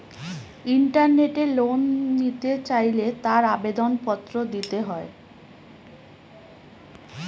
ইন্টারনেটে লোন নিতে চাইলে তার আবেদন পত্র দিতে হয়